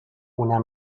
una